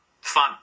fun